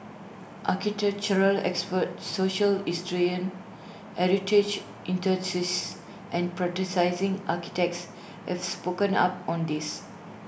architectural experts social historians heritage enthusiasts and practising architects have spoken up on this